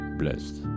blessed